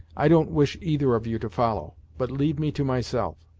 i don't wish either of you to follow, but leave me to myself.